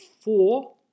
four